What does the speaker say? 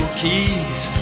keys